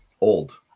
old